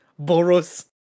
Boros